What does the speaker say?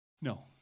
No